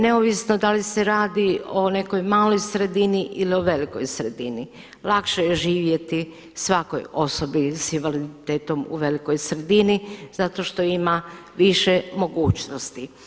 Neovisno da li se radi o nekoj maloj sredini ili o velikoj sredini, lakše je živjeti svakoj osobi s invaliditetom u velikoj sredini, zato što ima više mogućnosti.